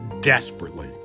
desperately